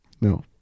No